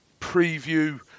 preview